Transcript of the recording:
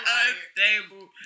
unstable